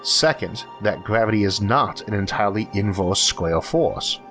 second, that gravity is not an entirely inverse-square force,